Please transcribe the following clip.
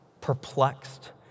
perplexed